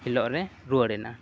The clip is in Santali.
ᱦᱤᱞᱳᱜ ᱞᱮ ᱨᱩᱣᱟᱹᱲᱮᱱᱟ